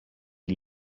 die